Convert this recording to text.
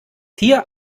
hier